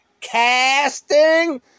casting